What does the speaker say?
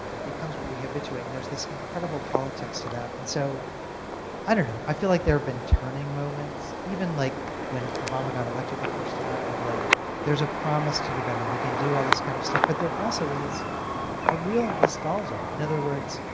it becomes when we habituate and there's this incredible politics for that. and so i don't know. i feel like there have been turning moments, even like when obama got elected the first time, of like there's a promise to do better. we can do all this kind of stuff. but there also is a real nostalgia. in other words,